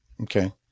Okay